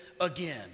Again